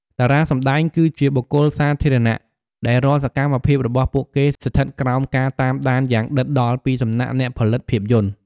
តារាសម្ដែង គឺជាបុគ្គលសាធារណៈដែលរាល់សកម្មភាពរបស់ពួកគេស្ថិតក្រោមការតាមដានយ៉ាងដិតដល់ពីសំណាក់អ្នកផលិតភាពយន្ត។